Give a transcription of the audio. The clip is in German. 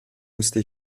musste